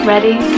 Ready